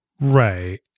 Right